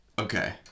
okay